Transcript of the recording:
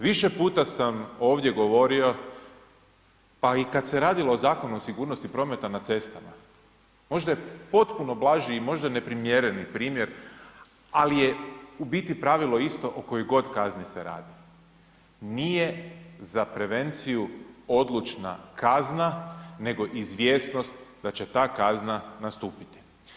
Više puta sam ovdje govorio pa i kad se radilo i o Zakonu o sigurnosti prometa na cestama, možda je potpuno blažio i možda neprimjereni primjer ali je u biti pravilo isto o kojoj god kazni se radi, nije za prevenciju odlučna kazna nego izvjesnost da će ta kazna nastupiti.